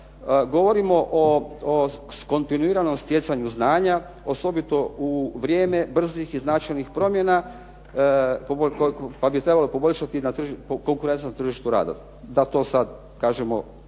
Govorimo o kontinuiranom stjecanju znanja osobito u vrijeme brzih i značajnih promjena, pa bi trebalo poboljšati konkurentnost na tržištu rada da to sad kažemo